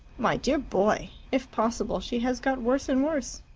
my dear boy! if possible, she has got worse and worse.